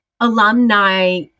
alumni